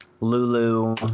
Lulu